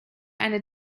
eine